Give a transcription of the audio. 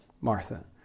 Martha